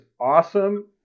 awesome